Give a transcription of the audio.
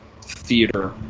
theater